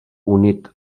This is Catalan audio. unit